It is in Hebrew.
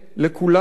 לכולנו.